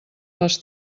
les